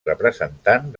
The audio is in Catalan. representant